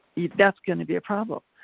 that's gonna be a problem.